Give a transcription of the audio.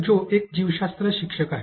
जो एक जीवशास्त्र शिक्षक आहेत